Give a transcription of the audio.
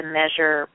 measure